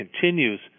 continues